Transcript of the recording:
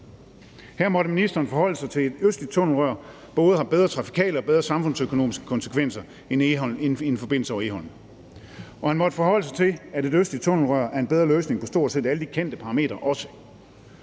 Her måtte ministeren forholde sig til, at et østligt tunnelrør både har bedre trafikale og bedre samfundsøkonomiske konsekvenser end en forbindelse over Egholm, og han måtte forholde sig til, at et østligt tunnelrør er en bedre løsning på stort set alle de kendte parametre også.